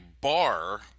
bar